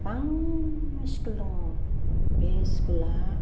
गोबां स्कुल दङ बे स्कुला